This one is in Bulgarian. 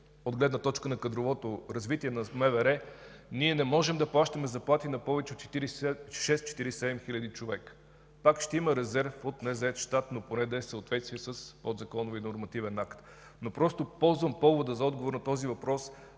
от гледна точка на кадровото развитие в МВР, ние не можем да плащаме заплати на повече от 46 – 47 хил. човека. Пак ще има резерв от незает щат, но поне да е в съответствие с подзаконовия нормативен акт. Просто ползвам повод за отговор на този въпрос,